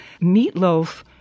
meatloaf